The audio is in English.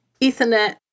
ethernet